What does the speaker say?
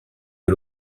que